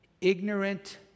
ignorant